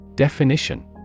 Definition